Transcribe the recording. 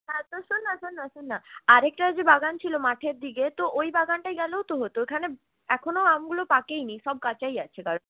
হ্যাঁ তো শোন না শোন না শোন না আর একটা ওই যে বাগান ছিল মাঠের দিকে তো ওই বাগানটায় গেলেও তো হত ওখানে এখনও আমগুলো পাকেইনি সব কাঁচাই আছে